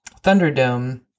Thunderdome